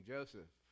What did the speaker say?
Joseph